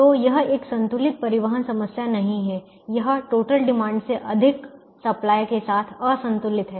तो यह एक संतुलित परिवहन समस्या नहीं है यह टोटल डिमांड से अधिक सप्लाई के साथ असंतुलित है